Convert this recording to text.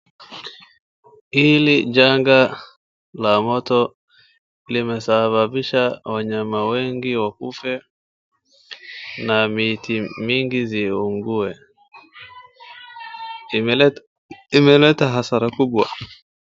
Hili janga la moto limesababisha wanyama wengi wakufe na miti mingi ziungue. Imeleta, imeleta hasara kubwa.